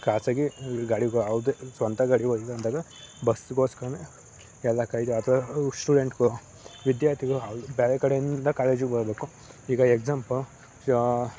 ಖಾಸಗಿ ಗಾಡಿ ಸ್ವಂತ ಗಾಡಿ ಹೋಗಿಲ್ಲ ಅಂದಾಗ ಬಸ್ಗೋಸ್ಕರವೇ ಎಲ್ಲ ಕಾಯಿದು ಅಥ್ವಾ ಅವು ಸ್ಟೂಡೆಂಟ್ಗಳು ವಿದ್ಯಾರ್ಥಿಗಳು ಬೇರೆ ಕಡೆಯಿಂದ ಕಾಲೇಜಿಗೆ ಬರಬೇಕು ಈಗ ಎಕ್ಸಾಂಪಲ್